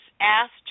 asked